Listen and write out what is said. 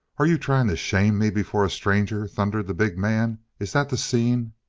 are you trying to shame me before a stranger? thundered the big man. is that the scene?